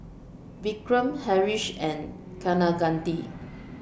Vikram Haresh and Kaneganti